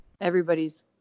Everybody's